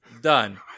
Done